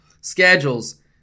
schedules